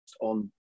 on